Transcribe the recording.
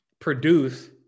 produce